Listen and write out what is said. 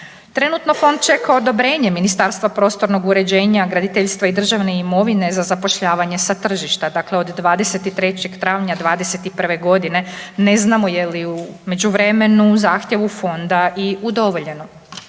Trenutno fond čeka odobrenje Ministarstva prostornog uređenja, graditeljstva i državne imovine za zapošljavanje sa tržišta. Dakle, od 23. travnja '21. godine ne znamo je li u međuvremenu zahtjevu fonda i udovoljeno.